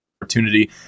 Opportunity